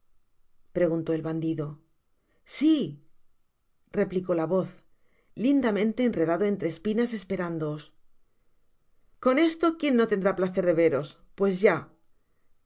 prosiguió el bandido si replicó la voz lindamente enredado entre espinas esperándoos con esto quien no tendrá placer de veros pues ya